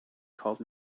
called